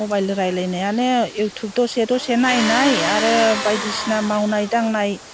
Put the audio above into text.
mobile रायज्लायनायानो YouTube दसे दसे नायनाय आरो बायदिसिना मावनाय दांनाय